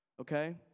okay